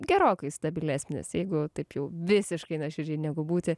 gerokai stabilesnis jeigu taip jau visiškai nuoširdžiai negu būti